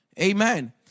Amen